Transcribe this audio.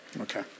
Okay